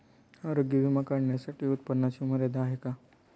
आरोग्य विमा काढण्यासाठी उत्पन्नाची मर्यादा आहे का?